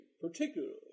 particularly